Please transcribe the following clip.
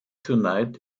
tonight